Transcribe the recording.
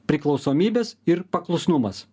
priklausomybės ir paklusnumas